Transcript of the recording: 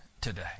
today